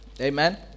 amen